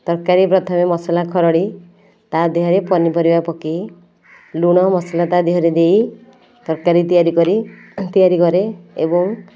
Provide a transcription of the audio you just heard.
ତରକାରୀ ପ୍ରଥମେ ମସଲା ଖରଡ଼ି ତା' ଦେହରେ ପନିପରିବା ପକେଇ ଲୁଣ ମସଲା ତା ଦେହରେ ଦେଇ ତରକାରୀ ତିଆରି କରି ତିଆରି କରେ ଏବଂ